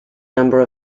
number